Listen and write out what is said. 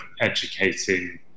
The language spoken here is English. educating